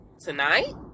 tonight